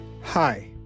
Hi